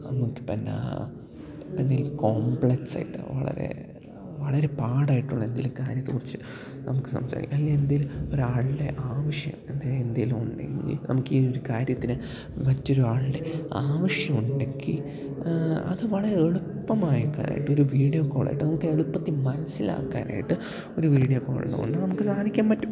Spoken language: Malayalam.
നമുക്കിപ്പോഴെന്താണ് ഇപ്പോള് എന്തെങ്കിലും കോംപ്ലെക്സ് ആയിട്ട് വളരെ വളരെ പാടായിട്ടുള്ള എന്തെങ്കിലും കാര്യത്തെക്കുറിച്ച് നമുക്ക് സംസാരിക്കുക അല്ലെങ്കില് എന്തെങ്കിലും ഒരാളുടെ ആവശ്യം എന്തെങ്കിലും ഉണ്ടെങ്കില് നമുക്കീ ഒരു കാര്യത്തിന് മറ്റൊരാളുടെ ആവശ്യമുണ്ടെങ്കില് അത് വളരെ എളുപ്പമായി ഒരു വീഡിയോ കോളായിട്ട് നമുക്ക് എളുപ്പത്തില് മനസ്സിലാക്കാനായിട്ട് ഒരു വീഡിയോ കോള് കൊണ്ട് നമുക്ക് സാധിക്കാൻ പറ്റും